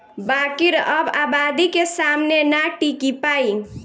बाकिर अब आबादी के सामने ना टिकी पाई